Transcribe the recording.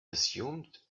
assumed